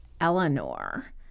Eleanor